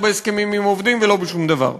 ולא בהסכמים עם עובדים, ולא בשום דבר,